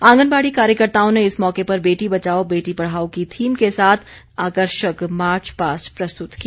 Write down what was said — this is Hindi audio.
आंगनबाड़ी कार्यकर्ताओं ने इस मौके पर बेटी बचाओ बेटी पढ़ाओ की थीम के साथ आकर्षक मार्च पास्ट प्रस्तुत किया